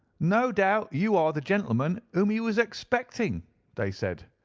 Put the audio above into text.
no doubt you are the gentleman whom he was expecting they said.